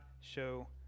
show